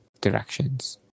directions